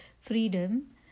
freedom